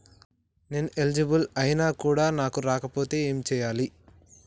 నేను ఎలిజిబుల్ ఐనా కూడా నాకు రాకపోతే ఏం చేయాలి?